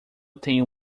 tenho